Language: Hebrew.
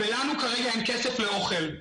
לנו כרגע אין כסף לאוכל.